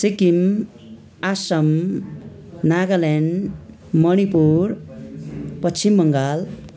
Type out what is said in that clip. Sikkim Assam Nagaland Manipur Paschim Bengal